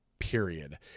period